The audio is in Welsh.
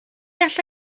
alla